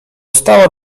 stała